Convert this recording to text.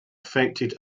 affected